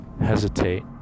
hesitate